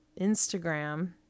Instagram